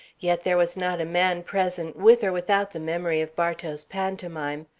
yet there was not a man present, with or without the memory of bartow's pantomime,